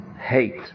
hate